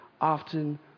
often